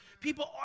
People